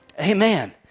amen